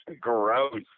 gross